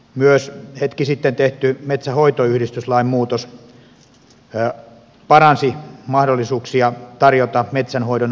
myös hetki sitten tehty metsänhoitoyhdistyslain muutos paransi mahdollisuuksia tarjota metsänhoidon ammattilaispalveluja